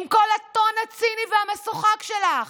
עם כל הטון הציני והמשוחק שלך.